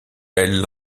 elle